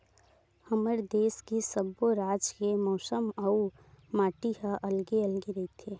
हमर देस के सब्बो राज के मउसम अउ माटी ह अलगे अलगे रहिथे